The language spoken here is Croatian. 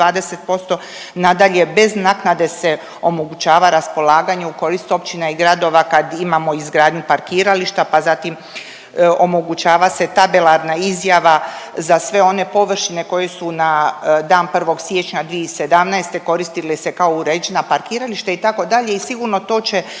nadalje bez naknade se omogućava raspolaganje u korist općina i gradova kad imamo izgradnju parkirališta pa zatim omogućava se tabelarna izjava za sve one površine koje su na dan 1. siječnja 2017. koristili se kao uređena parkirališta itd. i sigurno to će